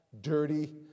dirty